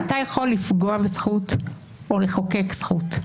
אתה יכול לפגוע בזכות או לחוקק זכות,